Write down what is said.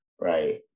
right